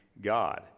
God